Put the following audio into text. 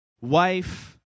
wife